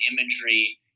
imagery